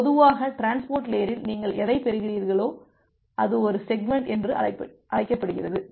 பொதுவாக டிரான்ஸ்போர்ட் லேயரில் நீங்கள் எதைப் பெறுகிறீர்களோ அது ஒரு செக்மெண்ட் என்று அழைக்கப்படுகிறது